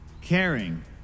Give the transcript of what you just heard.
caring